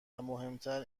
مهمتر